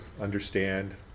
understand